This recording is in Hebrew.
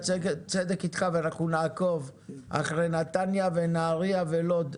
הצדק איתך ואנחנו נעקוב אחרי נתניה ונהריה ולוד.